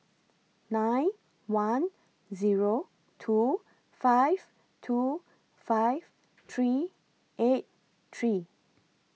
nine one Zero two five two five three eight three